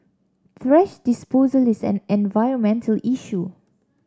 thrash disposal is an environmental issue